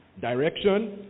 Direction